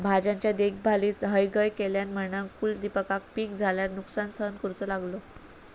भाज्यांच्या देखभालीत हयगय केल्यान म्हणान कुलदीपका पीक झाल्यार नुकसान सहन करूचो लागलो